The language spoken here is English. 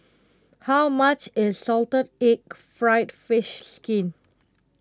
how much is Salted Egg Fried Fish Skin